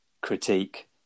critique